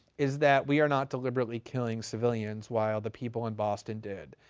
is that we are not deliberately killing civilians while the people in boston did.